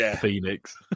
Phoenix